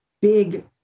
big